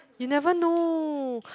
you never know